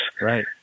Right